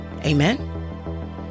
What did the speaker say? Amen